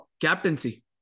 captaincy